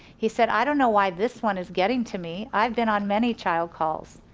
he said i don't know why this one is getting to me. i've been on many child calls.